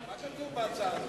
מה כתוב בהצעה הזאת?